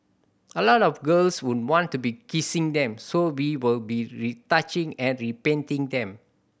a lot of girls would want to be kissing them so we will be retouching and repainting them